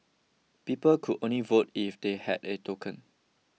people could only vote if they had a token